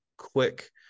quick